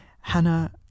Hannah